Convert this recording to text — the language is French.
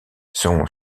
son